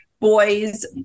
boys